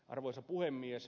arvoisa puhemies